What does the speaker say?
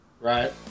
Right